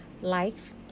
likes